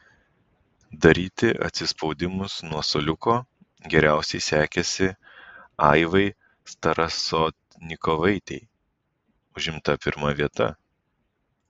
daryti atsispaudimus nuo suoliuko geriausiai sekėsi aivai starasotnikovaitei užimta pirma vieta